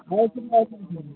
আড়াইশো আড়াইশো